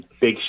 big